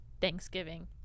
Thanksgiving